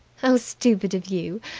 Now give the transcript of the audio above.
how stupid of you!